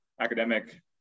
academic